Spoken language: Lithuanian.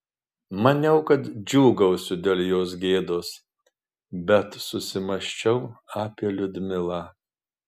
maniau kad džiūgausiu dėl jos gėdos bet susimąsčiau apie liudmilą